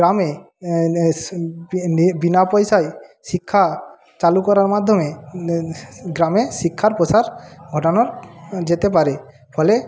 গ্রামে বিনা পয়সায় শিক্ষা চালু করার ম্যাধ্যমে গ্রামে শিক্ষার প্রসার ঘটানো যেতে পারে ফলে